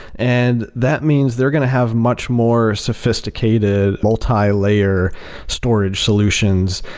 and that means they're going to have much more sophisticated multilayer storage solutions.